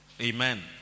Amen